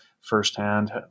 firsthand